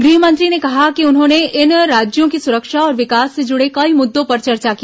गृहमंत्री ने कहा कि उन्होंने इन राज्यों की सुरक्षा और विकास से जुड़े कई मुद्दों पर चर्चा की